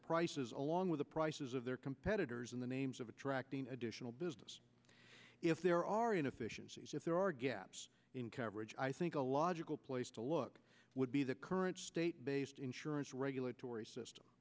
prices along with the prices of their competitors in the names of attracting additional business if there are inefficiencies if there are gaps in coverage i think a logical place to look would be the current state based insurance